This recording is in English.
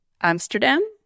Amsterdam